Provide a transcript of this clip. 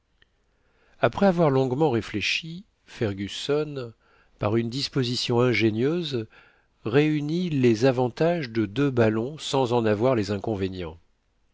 après avoir longuement réfléchi fergusson par une disposition ingénieuse réunit les avantages de deux ballons sans en avoir les inconvénients